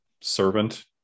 servant